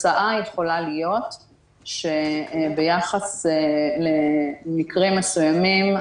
התוצאה יכולה להיות שביחס למקרים מסוימים,